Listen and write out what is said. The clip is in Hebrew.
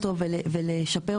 לתקן.